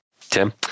Tim